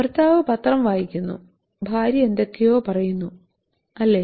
ഭർത്താവ് പത്രം വായിക്കുന്നു ഭാര്യ എന്തൊക്കെയോ പറയുന്നു അല്ലേ